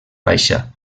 baixa